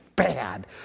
bad